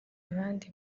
abandi